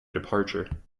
departure